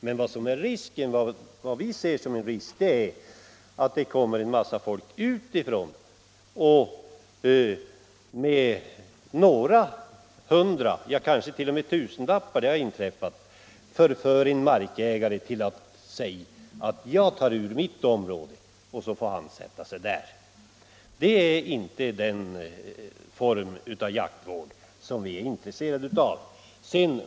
Men vad vi ser som en risk är att det kommer en massa folk utifrån, som med några hundraeller kanske t.o.m. tusenlappar — det har inträffat — förför en markägare till att säga att han undantar sitt område från jaktlaget, så att han kan sätta sig där. Detta är inte den form av jaktvård som vi är intresserade av.